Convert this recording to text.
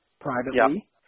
privately